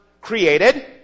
created